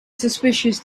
suspicious